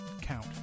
Count